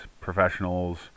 professionals